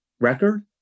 record